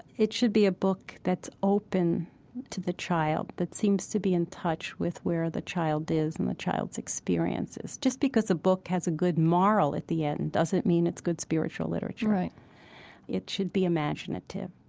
it should be a book that's open to the child that seems to be in touch with where the child is and the child's experiences. just because a book has a good moral at the end doesn't mean it's good spiritual literature right it should be imaginative.